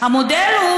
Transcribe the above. אמרת לנו מה המודל שלכם.